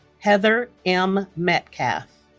heather m. metcalf